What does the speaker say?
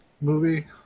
movie